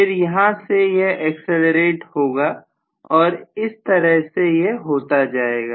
फिर यहां से यह एक्सीडेंट होगा और इस तरह से यह होता जाएगा